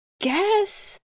guess